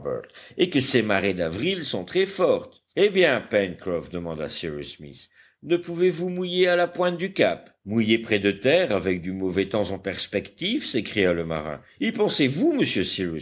et que ces marées d'avril sont très fortes eh bien pencroff demanda cyrus smith ne pouvez-vous mouiller à la pointe du cap mouiller près de terre avec du mauvais temps en perspective s'écria le marin y pensez-vous monsieur